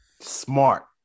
smart